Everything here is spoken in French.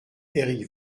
éric